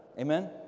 Amen